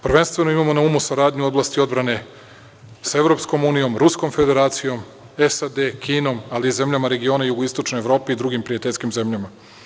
Prvenstveno imamo na umu saradnju u oblasti odbrane sa EU, Ruskom Federacijom, SAD, Kinom, ali i zemljama regiona Jugoistočne Evrope i prijateljskim zemljama.